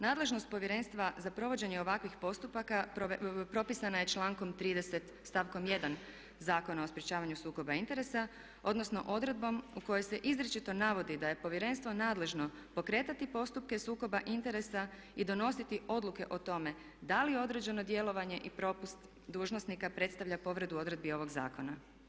Nadležnost povjerenstva za provođenje ovakvih postupaka propisana je člankom 30. stavkom 1. Zakona o sprečavanju sukoba interesa, odnosno odredbom u kojoj se izričito navodi da je povjerenstvo nadležno pokretati postupke sukoba interesa i donositi odluke o tome da li određeno djelovanje i propust dužnosnika predstavlja povredu odredbi ovog zakona.